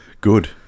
Good